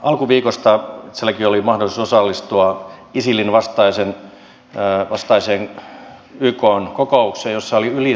alkuviikosta itsellänikin oli mahdollisuus osallistua isilin vastaiseen ykn kokoukseen jossa oli yli sata maata